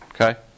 Okay